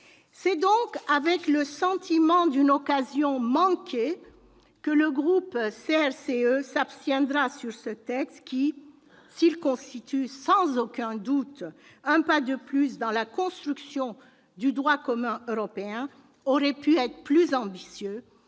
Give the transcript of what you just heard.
C'est donc avec le sentiment d'une occasion manquée que le groupe CRCE s'abstiendra sur ce texte qui, s'il constitue, sans aucun doute, un pas de plus dans la construction du droit commun européen, aurait pu être plus ambitieux